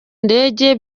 ndege